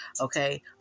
okay